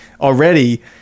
already